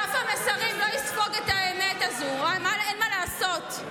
דף המסרים לא יספוג את האמת הזאת, אין מה לעשות.